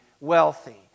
wealthy